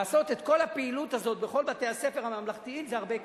לעשות את כל הפעילות הזאת בכל בתי-הספר הממלכתיים זה הרבה כסף,